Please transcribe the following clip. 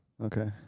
Okay